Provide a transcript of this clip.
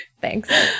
thanks